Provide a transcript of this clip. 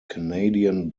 canadian